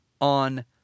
on